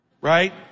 Right